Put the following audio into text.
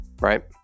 Right